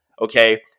Okay